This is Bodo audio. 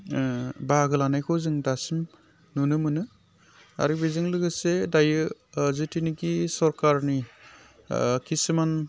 बाहागो लानायखौ जों दासिम नुनो मोनो आरो बेजों लोगोसे दायो जिथुनिखि सोरखारनि खिसुमान